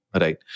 right